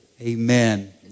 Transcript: Amen